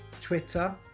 twitter